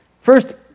First